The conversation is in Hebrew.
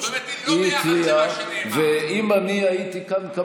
זאת אומרת, זה לא ביחס למה שנאמר.